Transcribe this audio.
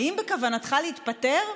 האם בכוונתך להתפטר?